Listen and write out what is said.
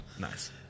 Nice